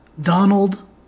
Donald